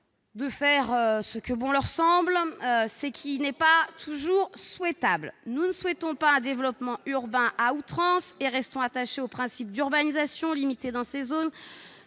le moins excessif !... ce qui n'est pas toujours souhaitable. Nous ne souhaitons pas un développement urbain à outrance. Nous restons attachés au principe d'une urbanisation limitée dans ces zones,